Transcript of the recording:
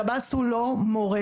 קב"ס הוא לא מורה.